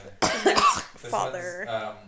Father